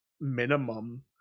minimum